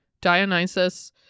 dionysus